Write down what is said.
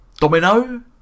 Domino